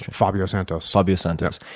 fabio santos. fabio santos.